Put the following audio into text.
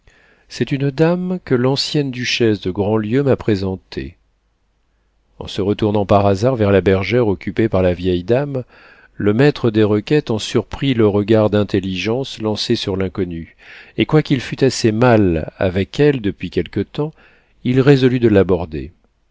c'est une dame que l'ancienne duchesse de grandlieu m'a présentée en se retournant par hasard vers la bergère occupée par la vieille dame le maître des requêtes en surprit le regard d'intelligence lancé sur l'inconnue et quoiqu'il fût assez mal avec elle depuis quelque temps il résolut de l'aborder